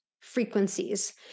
frequencies